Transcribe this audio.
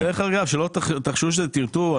דרך אגב, אל תחשבו שזה טרטור.